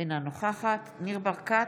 אינה נוכחת ניר ברקת,